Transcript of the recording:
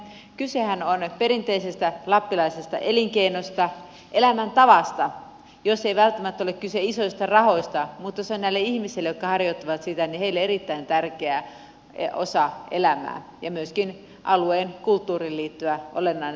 kysehän on perinteisestä lappilaisesta elinkeinosta elämäntavasta jos ei välttämättä ole kyse isoista rahoista mutta se on näille ihmisille jotka harjoittavat sitä erittäin tärkeä osa elämää ja myöskin alueen kulttuuriin liittyvä olennainen asia